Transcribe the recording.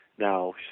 now